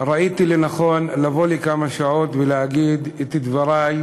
ראיתי לנכון לבוא לכמה שעות ולהגיד את דברי,